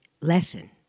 lesson